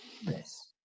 Yes